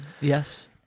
Yes